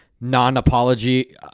non-apology